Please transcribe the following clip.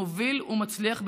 מוביל ומצליח בתחומו.